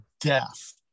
death